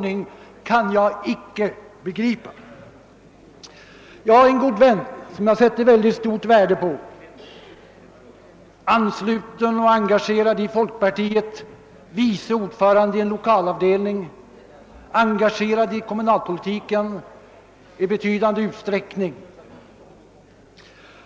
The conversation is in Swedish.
den kan jag icke begripa. Jag har en god vän som jag sätter stort värde på, ansluten till och engagerad i folkpartiet, vice ordförande i en lokalavdelning, engagerad i kommunalpolitiken i betydande utsträckning.